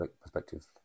perspective